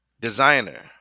Designer